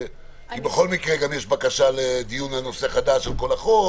בכל מקרה יש גם בקשה לנושא חדש של כל החוק,